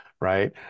right